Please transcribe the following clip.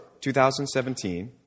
2017